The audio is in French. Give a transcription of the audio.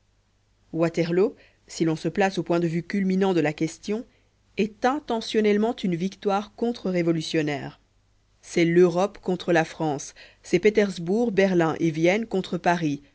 waterloo si l'on se place au point de vue culminant de la question est intentionnellement une victoire contre révolutionnaire c'est l'europe contre la france c'est pétersbourg berlin et vienne contre paris